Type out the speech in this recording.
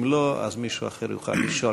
אם לא, אז מישהו אחר יוכל לשאול.